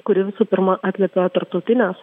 kuri visų pirma atliepia tarptautines